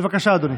בבקשה אדוני,